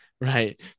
right